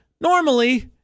Normally